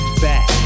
back